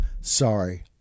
sorry